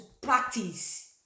practice